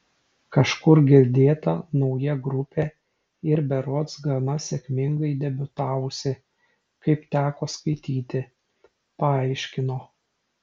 kažkur girdėta nauja grupė ir berods gana sėkmingai debiutavusi kaip teko skaityti paaiškino